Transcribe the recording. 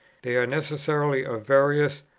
they are necessarily of various,